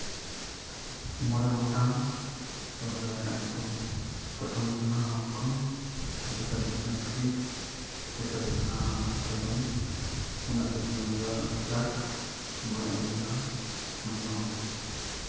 ᱢᱚᱬᱮ ᱜᱚᱴᱟᱝ ᱥᱚᱦᱚᱨ ᱵᱟᱡᱟᱨ ᱨᱮᱭᱟᱜ ᱧᱩᱛᱩᱢ ᱯᱨᱚᱛᱷᱚᱢ ᱦᱩᱭᱩᱜ ᱠᱟᱱᱟ ᱦᱚᱝᱠᱚᱝ ᱫᱚᱥᱟᱨ ᱦᱩᱭᱩᱜ ᱠᱟᱱᱟ ᱯᱮᱨᱤᱥ ᱛᱮᱥᱟᱨ ᱦᱩᱭᱩᱜ ᱠᱟᱱᱟ ᱟᱢᱥᱴᱨᱟᱰᱚᱢ ᱯᱩᱱᱟᱜ ᱦᱩᱭᱩᱜ ᱠᱟᱱᱟ ᱱᱤᱭᱩ ᱤᱭᱚᱨᱠ ᱢᱚᱬᱮᱭᱟᱜ ᱦᱩᱭᱩᱜ ᱠᱟᱱᱟ ᱥᱤᱝᱵᱷᱩᱢ